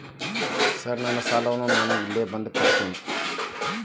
Sir ನನ್ನ ಸಾಲವನ್ನು ನಾನು ಇಲ್ಲೇ ಬಂದು ಕಟ್ಟಬೇಕೇನ್ರಿ?